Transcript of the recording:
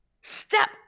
Step